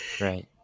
Right